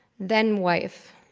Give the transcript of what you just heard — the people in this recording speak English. then-wife